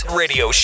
radio